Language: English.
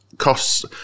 Costs